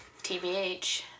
TBH